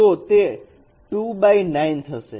તો તે 2 x 9 થશે